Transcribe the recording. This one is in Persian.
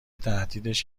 تهدیدش